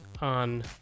on